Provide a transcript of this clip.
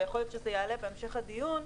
ויכול להיות שזה יעלה בהמשך הדיון,